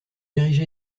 érigé